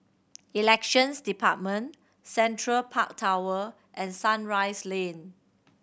Elections Department Central Park Tower and Sunrise Lane